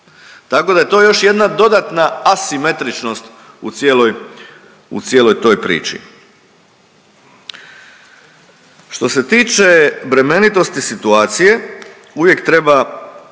Tako da je to još jedna dodatna asimetričnost u cijeloj toj priči. Što se tiče bremenitosti situacije, uvijek treba